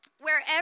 wherever